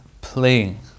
Playing